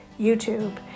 YouTube